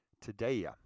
today